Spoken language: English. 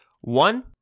One